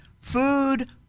food